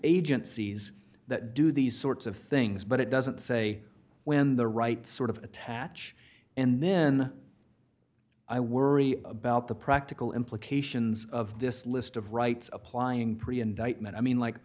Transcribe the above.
agencies that do these sorts of things but it doesn't say when the right sort of attach and then i worry about the practical implications of this list of rights applying pretty indictment i mean like